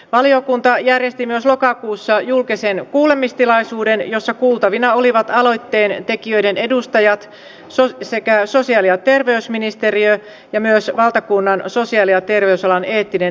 valiokunta järjesti myös lokakuussa julkisen kuulemistilaisuuden jossa kuultavina olivat aloitteen tekijöiden edustajat sekä sosiaali ja terveysministeriö ja myös valtakunnan sosiaali ja terveysalan eettinen neuvottelukunta etene